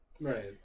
Right